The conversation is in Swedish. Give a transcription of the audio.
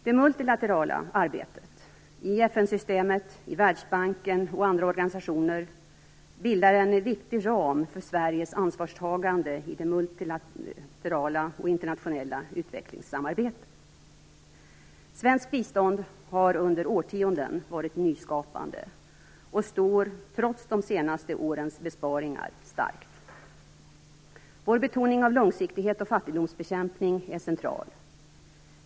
Det multilaterala arbetet, i FN-systemet, i Världsbanken och i andra organisationer, bildar en viktig ram för Sveriges ansvarstagande i det internationella utvecklingssamarbetet. Svenskt bistånd har under årtionden varit nyskapande och står, trots de senaste årens besparingar, starkt. Vår betoning av långsiktighet och fattigdomsbekämpning är central.